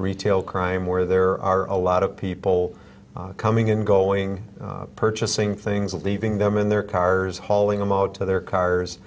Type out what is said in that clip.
retail crime where there are a lot of people coming in going purchasing things leaving them in their cars hauling them out to their cars